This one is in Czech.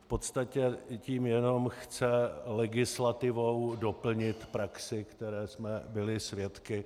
V podstatě tím jenom chce legislativou doplnit praxi, které jsme byli svědky.